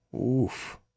Oof